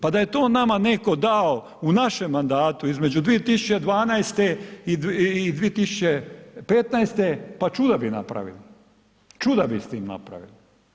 Pa da je to nama neko dao u našem mandatu između 2012. i 2015. pa čuda bi napravili, čuda bi s tim napravili.